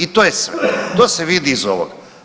I to je sve, to se vidi iz ovoga.